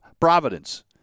Providence